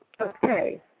Okay